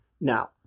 Now